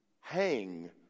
hang